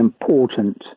important